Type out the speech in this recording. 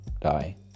die